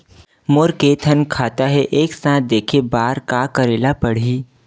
मोर के थन खाता हे एक साथ देखे बार का करेला पढ़ही?